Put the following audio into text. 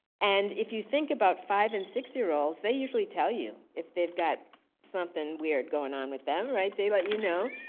and if you think about five and six year olds, they usually tell you if they've got something weird going on with them, right, they let you know.